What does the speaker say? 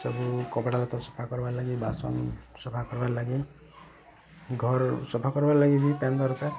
ସବୁ କପଡ଼ା ପତର୍ ସଫା କରବାର୍ ଲାଗି ବାସନ୍ ସଫା କରବାର୍ ଲାଗି ଘର୍ ସଫା କରବାର୍ ଲାଗି ବି ପାଏନ୍ ଦରକାର୍